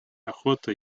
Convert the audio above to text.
охота